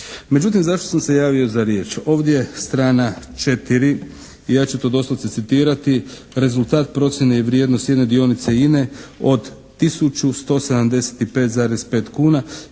Međutim, zašto sam se javio za riječ? Ovdje strana 4, ja ću to doslovce citirati. "Rezultat procjene i vrijednosti jedne dionice INA-e od tisuću 175,5 kuna